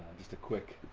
just a quick